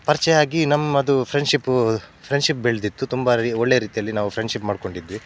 ಪರಿಚಯ ಆಗಿ ನಮ್ಮದು ಫ್ರೆಂಡ್ಶಿಪ್ಪು ಫ್ರೆಂಡ್ಶಿಪ್ ಬೆಳೆದಿತ್ತು ತುಂಬ ರಿ ಒಳ್ಳೆಯ ರೀತಿಯಲ್ಲಿ ನಾವು ಫ್ರೆಂಡ್ಶಿಪ್ ಮಾಡಿಕೊಂಡಿದ್ವಿ